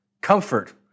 comfort